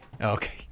okay